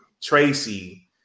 Tracy